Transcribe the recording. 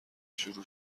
شروع